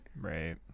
Right